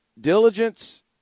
diligence